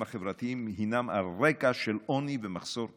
חבריים הם על רקע של עוני ומחסור כלכלי.